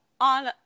on